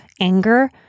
anger